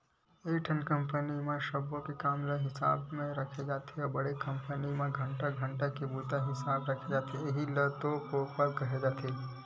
एकठन रजिस्टर म सब्बो के काम के हिसाब राखे जाथे बड़े कंपनी म घंटा घंटा के बूता हिसाब राखथे इहीं ल तो पेलोल केहे जाथे